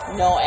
no